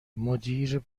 مدیر